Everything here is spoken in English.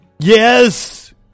Yes